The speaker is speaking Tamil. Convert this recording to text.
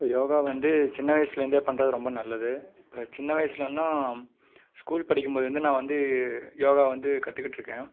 இப்போ யோகா வந்து சின்ன வயசுலருந்தே பண்றது ரொம்ப நல்லது இப்போ சின்ன வயசுலேனா ஸ்கூல் படிக்கும்போது வந்து நான் வந்து யோகா வந்து கற்றுக்கிட்ருக்கேன்